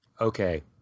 Okay